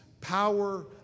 power